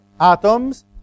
atoms